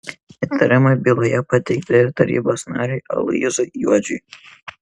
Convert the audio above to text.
įtarimai byloje pateikti ir tarybos nariui aloyzui juodžiui